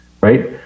right